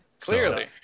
Clearly